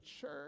church